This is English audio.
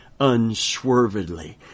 unswervedly